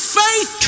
faith